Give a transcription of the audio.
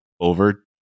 over